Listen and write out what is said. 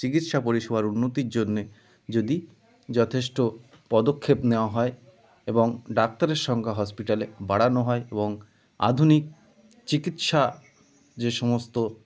চিকিৎসা পরিষেবার উন্নতির জন্য যদি যথেষ্ট পদক্ষেপ নেওয়া হয় এবং ডাক্তারের সংখ্যা হসপিটালে বাড়ানো হয় এবং আধুনিক চিকিৎসা যে সমস্ত